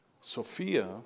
Sophia